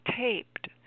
taped